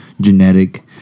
genetic